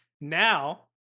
now